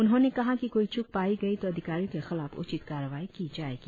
उन्होंने कहा कि कोई च्क पाई गई तो अधिकारियों के खिलाफ उचित कार्रवाई की जायेगी